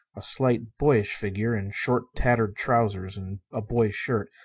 a slight, boyish figure in short, tattered trousers and a boy's shirt,